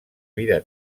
vida